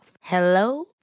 Hello